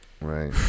Right